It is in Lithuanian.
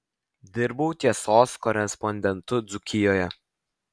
dirbau tiesos korespondentu dzūkijoje